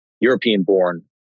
European-born